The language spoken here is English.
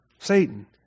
Satan